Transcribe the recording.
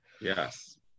Yes